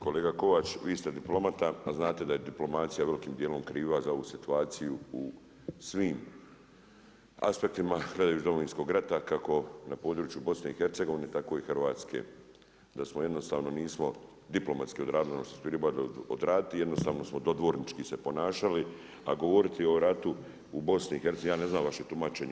Kolega Kovač, vi ste diplomata, a znate da je diplomacija velikom dijelom kriva za ovu situaciju u svim aspektima gledajući iz Domovinsko rata, kako na području BIH tako i Hrvatske, da smo jednostavno, nismo diplomatski odradili ono što smo trebali odraditi, jednostavno smo se dodvornički se ponašali, a govoriti o ratu u BIH, ja ne znam vaše tumačenje.